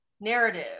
narrative